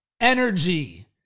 energy